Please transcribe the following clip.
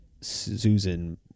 susan